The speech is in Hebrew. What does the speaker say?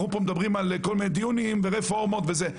אנחנו מדברים פה על כל מיני דיונים ורפורמות וזה.